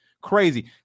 crazy